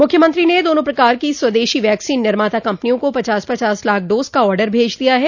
मुख्यमंत्री ने दोनों प्रकार की स्वदेशी वैक्सीन निर्माता कम्पनियों को पचास पचास लाख डोज का आर्डर भेज दिया है